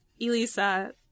Elisa